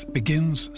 begins